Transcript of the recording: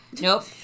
Nope